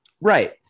right